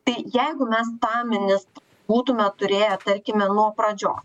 tai jeigu mes tą ministrą būtume turėję tarkime nuo pradžios